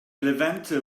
levanter